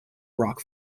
rock